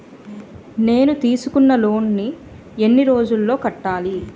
నేను తీసుకున్న లోన్ నీ ఎన్ని రోజుల్లో కట్టాలి?